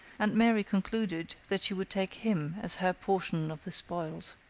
and mary concluded that she would take him as her portion of the spoils.